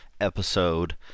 episode